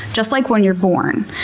just like when you're born.